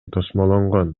тосмолонгон